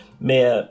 Mais